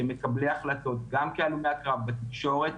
כמקבלי החלטות גם כהלומי הקרב בתקשורת,